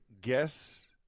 guess